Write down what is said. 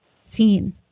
seen